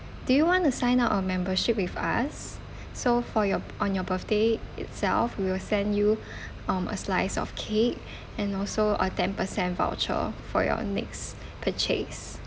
do you want to sign up our membership with us so for your on your birthday itself we will send you um a slice of cake and also a ten per cent voucher for your next purchase